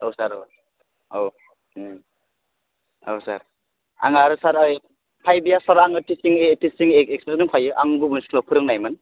औ सार औ औ औ सार आंहा आरो फाइभ इयार्स सार आङो टिचिंनि एक्सपिरियेन्स दंखायो आं गुबुन स्कुलाव फोरोंनायमोन